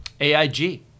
aig